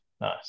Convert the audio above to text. Nice